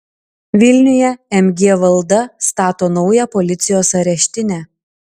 vilniuje mg valda stato naują policijos areštinę